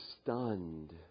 stunned